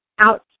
out